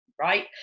right